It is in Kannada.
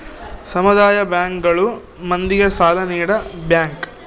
ಸಮುದಾಯ ಬ್ಯಾಂಕ್ ಗಳು ಮಂದಿಗೆ ಸಾಲ ನೀಡ ಬ್ಯಾಂಕ್